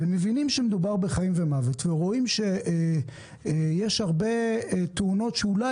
ומבינים שמדובר בחיים ומוות ורואים שיש הרבה תאונות שאולי